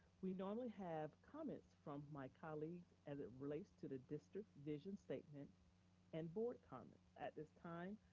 we normally have comments from my colleagues as it relates to the district vision statement and board comments. at this time,